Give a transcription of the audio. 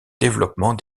développement